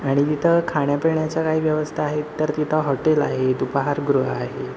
आणि तिथं खाण्यापिण्याचा काही व्यवस्था आहेत तर तिथं हॉटेल आहेत उपहारगृह आहेत